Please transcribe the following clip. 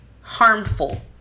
harmful